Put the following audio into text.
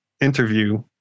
interview